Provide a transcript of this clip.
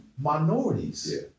minorities